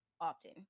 often